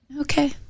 Okay